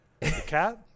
cat